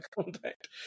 contact